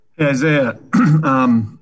Isaiah